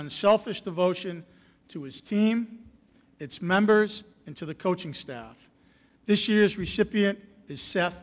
on selfish devotion to his team its members into the coaching staff this year's recipient is seth